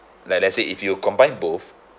like let's say if you combine both